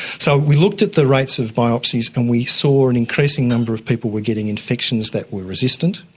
so we looked at the rates of biopsies and we saw an increasing number of people were getting infections that were resistant,